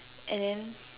and then